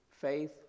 faith